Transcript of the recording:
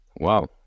wow